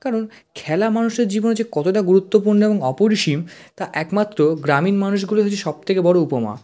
কারণ খেলা মানুষের জীবনে যে কতটা গুরুত্বপূর্ণ এবং অপরিসীম তা একমাত্র গ্রামীণ মানুষগুলো হচ্ছে সব থেকে বড় উপমা